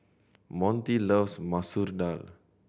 Montie loves Masoor Dal